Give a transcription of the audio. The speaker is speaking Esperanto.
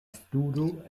studo